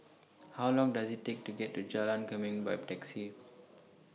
How Long Does IT Take to get to Jalan Kemuning By Taxi